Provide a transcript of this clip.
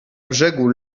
brzegu